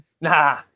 nah